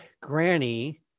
Granny